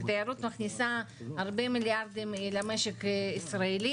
התיירות מכניסה מיליארדים רבים למשק הישראלי